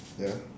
ya